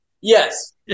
Yes